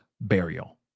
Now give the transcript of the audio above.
burial